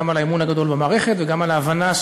גם על האמון הגדול במערכת וגם על ההבנה,